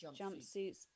jumpsuits